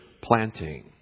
planting